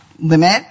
limit